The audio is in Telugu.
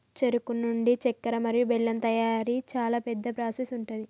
చెరుకు నుండి చెక్కర మరియు బెల్లం తయారీ చాలా పెద్ద ప్రాసెస్ ఉంటది